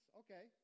okay